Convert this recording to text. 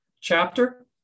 chapter